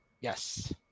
Yes